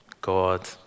God